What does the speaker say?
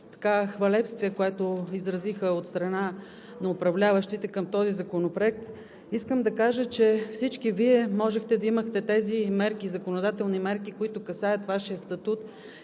хвалебствие, което изразиха от страна на управляващите към Законопроекта. Всички Вие можехте да имате тези законодателни мерки, които касаят Вашия статут